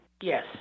Yes